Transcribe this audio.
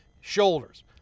shoulders